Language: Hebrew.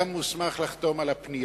היה מוסמך לחתום על הפנייה.